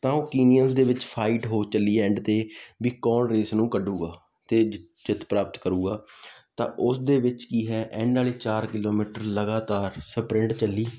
ਤਾਂ ਉਹ ਕੀਨੀਆ ਦੇ ਵਿੱਚ ਫਾਈਟ ਹੋ ਚੱਲੀ ਐਂਡ 'ਤੇ ਵੀ ਕੌਣ ਰੇਸ ਨੂੰ ਕੱਢੇਗਾ ਅਤੇ ਜਿੱਤ ਪ੍ਰਾਪਤ ਕਰੇਗਾ ਤਾਂ ਉਸ ਦੇ ਵਿੱਚ ਕੀ ਹੈ ਐਡ ਵਾਲੇ ਚਾਰ ਕਿਲੋਮੀਟਰ ਲਗਾਤਾਰ ਸਪਰਿੰਟ ਚੱਲੀ